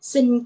Xin